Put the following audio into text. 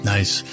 Nice